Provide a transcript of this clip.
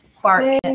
Clark